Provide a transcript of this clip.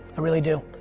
i really do.